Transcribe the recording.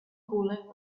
cooling